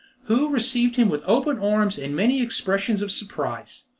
who received him with open arms and many expressions of surprise.